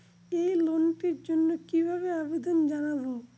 এই লোনটির জন্য কিভাবে আবেদন জানাবো?